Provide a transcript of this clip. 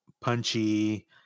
punchy